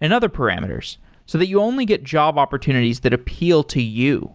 and other parameters so that you only get job opportunities that appeal to you.